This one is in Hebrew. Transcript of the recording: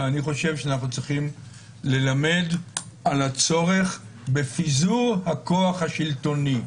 אני חושב שאנחנו צריכים ללמד על הצורך בפיזור הכוח השלטוני.